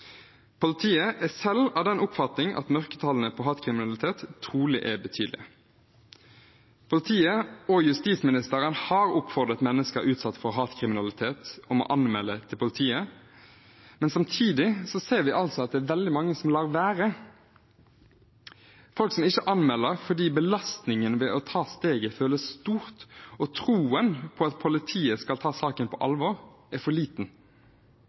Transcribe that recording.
Politiet er selv av den oppfatning at mørketallene på hatkriminalitet trolig er betydelige. Politiet og justisministeren har oppfordret mennesker utsatt for hatkriminalitet til å anmelde til politiet, men samtidig ser vi at det er veldig mange som lar være – folk som ikke anmelder fordi belastningen ved å ta steget føles stort, og troen på at politiet skal ta saken på alvor, er for liten.